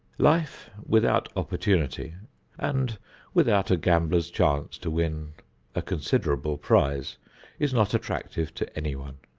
life without opportunity and without a gambler's chance to win a considerable prize is not attractive to anyone.